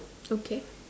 okay